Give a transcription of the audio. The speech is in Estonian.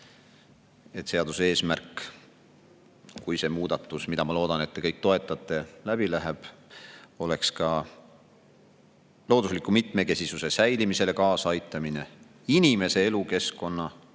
et seaduse eesmärk, kui see muudatus – mida ma loodan, et te kõik toetate – läbi läheb, siis oleks ka loodusliku mitmekesisuse säilimisele kaasaaitamine inimese elukeskkonna,